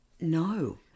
No